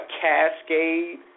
cascade